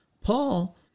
Paul